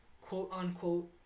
quote-unquote